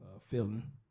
feeling